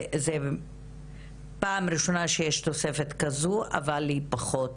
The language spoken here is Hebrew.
זו פעם ראשונה שיש תוספת כזו, אבל היא פחות